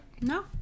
no